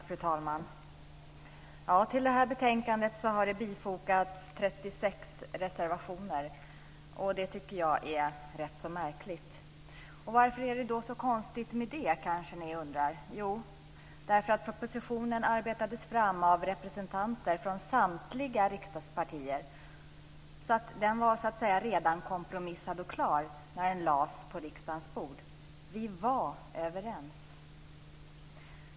Fru talman! Till det här betänkandet har det fogats 36 reservationer. Det tycker jag är rätt märkligt. Vad är det som är så konstigt med det? Det kanske ni undrar. Jo, det är för att propositionen arbetades fram av representanter för samtliga riksdagspartier. Den var så att säga redan kompromissad och klar när den lades fram på riksdagens bord. Vi var överens.